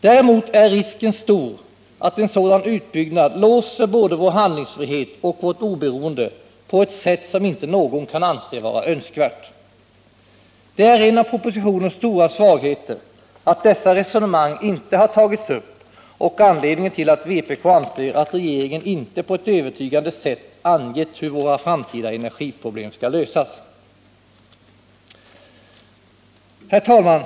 Däremot är risken stor att en sådan utbyggnad låser både vår handlingsfrihet och vårt oberoende på ett sätt som inte någon kan anse vara önskvärt. Det är en av propositionens stora svagheter att dessa resonemang inte har tagits upp, och det är anledningen till att vpk anser att regeringen inte på ett övertygande sätt angett hur våra framtida energiproblem skall lösas. Herr talman!